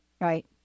Right